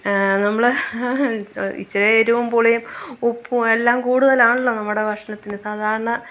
നമ്മൾ ഇച്ചരെ എരിവും പുളിയും ഉപ്പും എല്ലാം കൂടുതലാണല്ലോ നമ്മുടെ ഭക്ഷണത്തിന് സാധാരണ